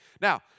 Now